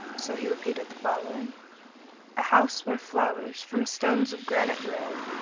so he repeated the following, a house where flowers from stones of granite grow,